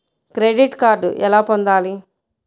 Credit card ఎలా పొందాలి?